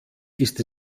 ist